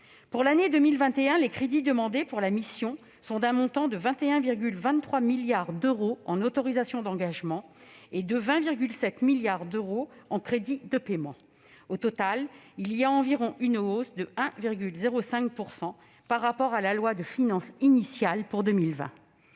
Pour l'année 2021, les crédits demandés pour la mission atteignent un montant de 21,23 milliards d'euros en autorisations d'engagement et de 20,7 milliards d'euros en crédits de paiement. Cela représente une hausse d'environ 1,05 % par rapport à la loi de finances initiale pour 2020.